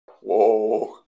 Whoa